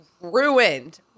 ruined